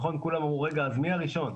נכון כולם אמרו רגע, אז מי הראשון?